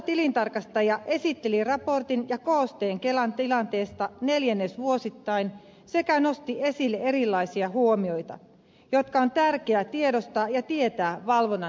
valvontatilintarkastaja esitteli raportin ja koosteen kelan tilanteesta neljännesvuosittain sekä nosti esille erilaisia huomioita jotka on tärkeä tiedostaa ja tietää valvonnan näkökulmasta